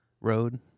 road